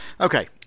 Okay